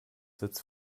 sitzt